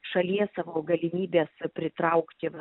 šalies savo galimybes pritraukti